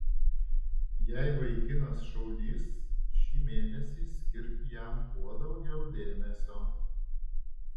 jei vaikinas šaulys šį mėnesį skirk jam kuo daugiau dėmesio